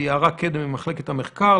ויערה קדם ממחלקת המחקר,